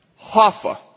Hoffa